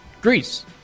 Greece